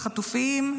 החטופים,